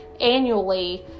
annually